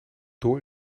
door